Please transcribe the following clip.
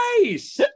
Nice